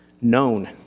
known